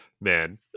man